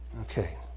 Okay